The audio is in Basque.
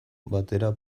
batera